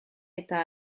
eta